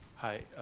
hi,